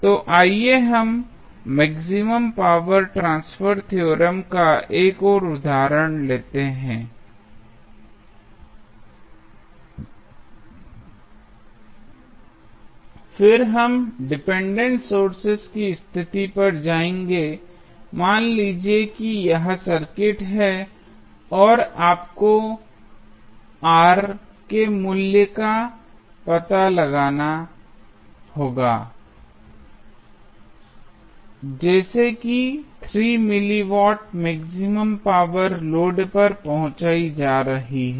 तो आइए हम मैक्सिमम पावर ट्रांसफर थ्योरम का एक और उदाहरण लेते हैं फिर हम डिपेंडेंट सोर्सेज की स्थिति पर जाएंगे मान लीजिए कि यह सर्किट है और आपको R के मूल्य का पता लगाना होगा जैसे कि 3 milliwatt maximum power load पर पहुंचाई जा रही है